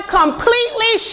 completely